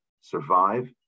survive